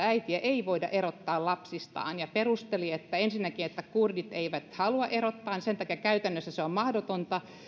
äitejä ei voida erottaa lapsistaan ja perusteli sitä näin ensinnäkin kurdit eivät halua erottaa ja sen takia käytännössä se on mahdotonta